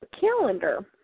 calendar